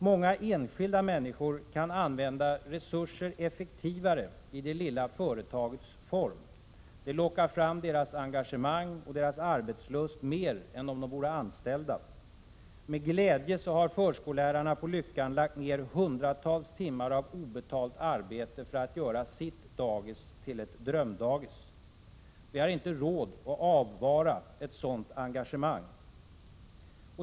Många enskilda människor kan använda resurser effektivare i det lilla företagets form. Det lockar fram deras engagemang och arbetslust mer än om de vore anställda. Med glädje har förskollärarna på Lyckan lagt ner hundratals timmar av obetalt arbete för att göra sitt dagis till ett drömdagis. Vi har inte råd att avvara ett sådant engagemang.